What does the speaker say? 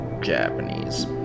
Japanese